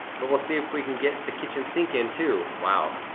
but we'll see if we can get the kitchen sink in too, wow.